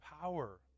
power